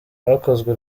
hakozwe